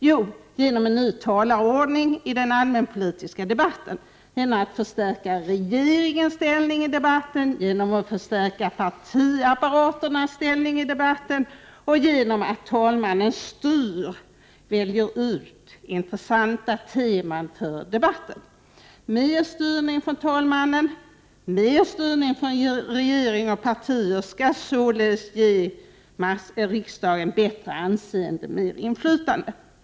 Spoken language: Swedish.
Jo, genom en ny talarordning i den allmänpolitiska debatten, genom att förstärka regeringens ställning i debatten, genom att förstärka partiapparaternas ställning i debatten och genom att talmannen styr — väljer ut — ”intressanta” teman för debatten. Mer styrning från talmannen, regeringen och partierna skall således ge riksdagen bättre anseende, mer inflytande.